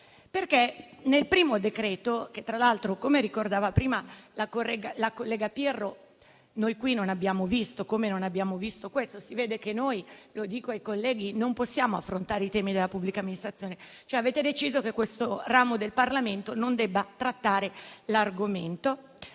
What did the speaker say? Con il primo decreto, che tra l'altro, come ricordava prima la collega Pirro, qui non abbiamo visto, come non abbiamo visto questo - forse, lo dico ai colleghi, noi non possiamo affrontare i temi della pubblica amministrazione, cioè avete deciso che questo ramo del Parlamento non debba trattare l'argomento